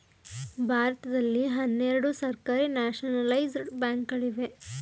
ಭಾರತದಲ್ಲಿ ಹನ್ನೆರಡು ಸರ್ಕಾರಿ ನ್ಯಾಷನಲೈಜಡ ಬ್ಯಾಂಕ್ ಗಳಿವೆ